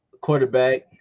quarterback